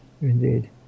Indeed